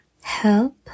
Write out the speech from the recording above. help